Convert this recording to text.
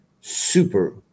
super